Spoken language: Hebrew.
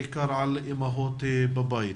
בעיקר על אימהות שנמצאות בבית.